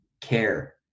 care